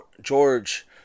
George